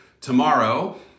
tomorrow